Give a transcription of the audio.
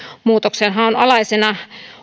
muutoksenhaun alaisena